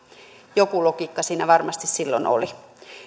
joku logiikka siinä varmasti silloin oli